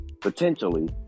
potentially